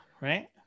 right